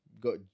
got